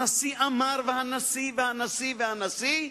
הנשיא אמר והנשיא והנשיא והנשיא,